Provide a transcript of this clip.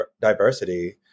diversity